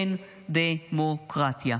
אין דמוקרטיה.